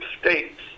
States